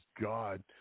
God